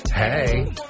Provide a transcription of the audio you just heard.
Hey